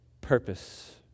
purpose